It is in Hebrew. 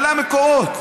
אלה המקורות.